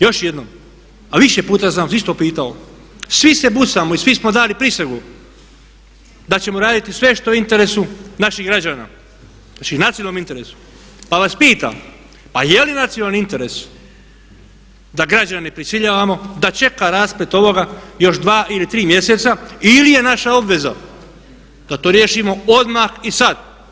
Još jednom a više puta sam vas isto pitao, svi se bucamo i svi smo dali prisegu da ćemo raditi sve što je u interesu naših građana, znači nacionalnom interesu pa vas pitam pa je li nacionalni interes da građani prisiljavamo da čeka rasplet ovoga još dva ili tri mjeseca ili je naša obveza da to riješimo odmah i sad.